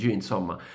insomma